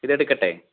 ഇതെടുക്കട്ടെ